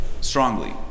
strongly